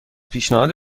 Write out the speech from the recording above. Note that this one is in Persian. پیشنهاد